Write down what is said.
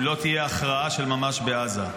אם לא תהיה הכרעה של ממש בעזה.